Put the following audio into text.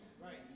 right